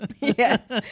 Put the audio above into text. Yes